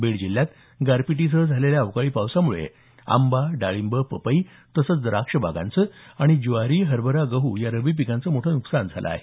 बीड जिल्ह्यात गारपिटीसह झालेल्या अवकाळी पावसामुळे आंबा डाळिंब पपई तसंच द्राक्षबागांचं आणि ज्वारी हरभरा गहू या रब्बी पिकांचं मोठं नुकसान झालं आहे